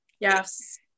Yes